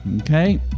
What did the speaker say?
okay